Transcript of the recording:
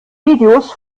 videos